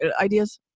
ideas